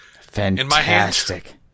Fantastic